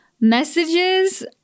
messages